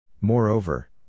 Moreover